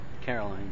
Caroline